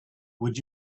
would